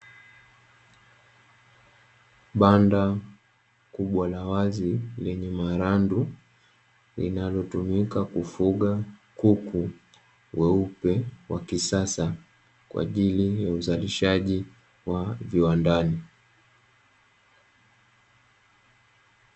Banda kubwa la wazi lenye marandu, linalotumika kufuga kuku weupe wa kisasa kwa ajili ya uzalishaji wa viwandani.